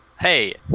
Hey